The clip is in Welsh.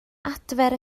adfer